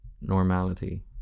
normality